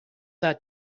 that